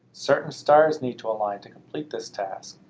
certain stars need to align to complete this task.